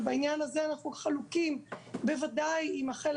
ובעניין הזה אנחנו חלוקים - בוודאי עם החלק